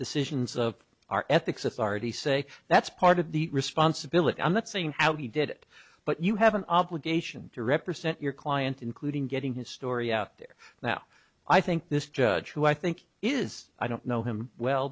decisions of our ethics authorities say that's part of the responsibility i'm not saying how he did it but you have an obligation to represent your climb including getting his story out there now i think this judge who i think is i don't know him well